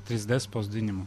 trys d spausdinimu